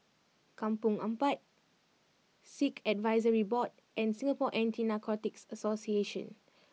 Kampong Ampat Sikh Advisory Board and Singapore Anti Narcotics Association